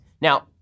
Now